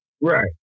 Right